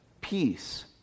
peace